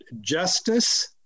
justice